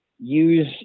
use